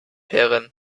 herren